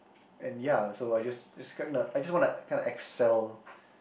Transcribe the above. and ya so I just is kind a I just want a kind of excelled